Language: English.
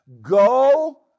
go